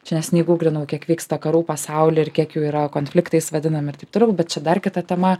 čia neseniai guglinau kiek vyksta karų pasauly ir kiek jų yra konfliktais vadinami ir taip toliau bet čia dar kita tema